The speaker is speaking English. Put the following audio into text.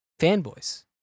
fanboys